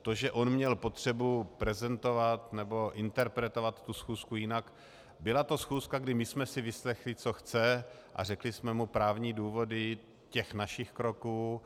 To, že on měl potřebu prezentovat nebo interpretovat tu schůzku jinak byla to schůzka, kdy my jsme si vyslechli, co chce, a řekli jsme mu právní důvody našich kroků.